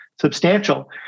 substantial